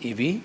i vi